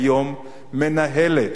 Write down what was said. כיום, מנהלת